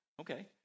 Okay